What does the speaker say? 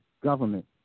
government